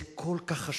זה כל כך חשוב,